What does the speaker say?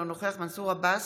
אינו נוכח מנסור עבאס,